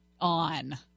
on